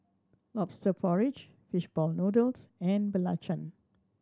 Lobster Porridge fish ball noodles and Belacan